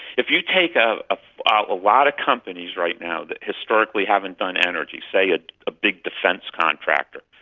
if you take ah ah ah a lot of companies right now that historically haven't done energy, say ah a big defence contractor,